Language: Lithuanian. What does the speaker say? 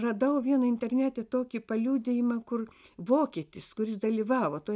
radau vieną internete tokį paliudijimą kur vokietis kuris dalyvavo toj